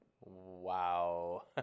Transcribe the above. Wow